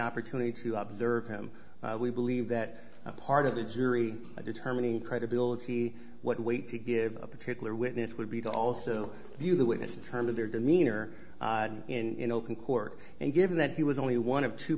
opportunity to observe him we believe that part of the jury determining credibility what weight to give a particular witness would be to also view the witness in terms of their demeanor in open court and given that he was only one of two